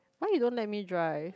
why you don't let me drive